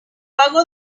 pago